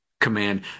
command